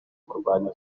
kurwanya